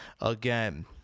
again